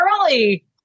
early